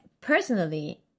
personally